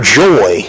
joy